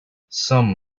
some